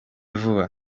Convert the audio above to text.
vuba